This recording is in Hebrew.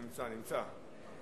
נמצא, נמצא.